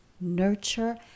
nurture